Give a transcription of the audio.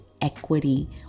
equity